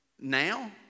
now